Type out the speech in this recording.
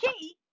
key